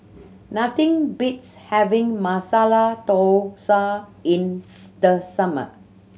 nothing beats having Masala Dosa in the summer